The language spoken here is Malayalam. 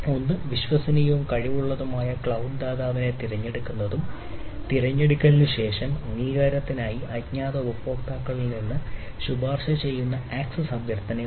ഒന്ന് വിശ്വസനീയവും കഴിവുള്ളതുമായ ക്ലൌഡ് ദാതാവിനെ തിരഞ്ഞെടുക്കുന്നതും തിരഞ്ഞെടുക്കലിന് ശേഷം അംഗീകാരത്തിനായി അജ്ഞാത ഉപയോക്താക്കളിൽ നിന്ന് ശുപാർശ ചെയ്യുന്ന ആക്സസ് അഭ്യർത്ഥന ഉണ്ട്